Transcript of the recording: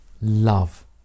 love